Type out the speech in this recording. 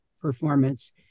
performance